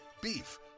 Beef